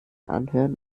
anhören